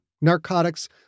narcotics